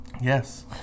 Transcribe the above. Yes